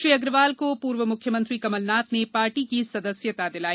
श्री अग्रवाल को पूर्व मुख्यमंत्री कमलनाथ ने पार्टी की सदस्यता दिलाई